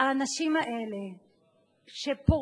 האנשים האלה שפורעים,